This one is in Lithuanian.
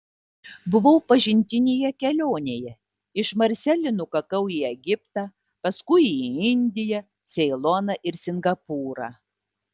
buvau pažintinėje kelionėje iš marselio nukakau į egiptą paskui į indiją ceiloną ir singapūrą